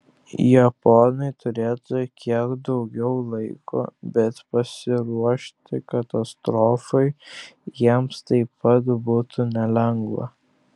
japonai turėtų kiek daugiau laiko bet pasiruošti katastrofai jiems taip pat būtų nelengva